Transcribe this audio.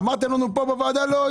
אמרתם לנו פה בוועדה: לא,